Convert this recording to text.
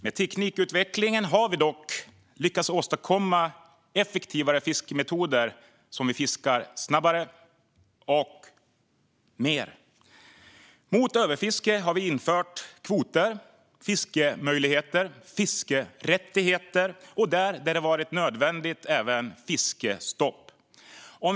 Med teknikutvecklingen har vi dock lyckats åstadkomma effektivare fiskemetoder som gör att vi fiskar snabbare och mer. Mot överfiske har vi infört kvoter, fiskemöjligheter, fiskerättigheter och där det har varit nödvändigt även fiskestopp. Fru talman!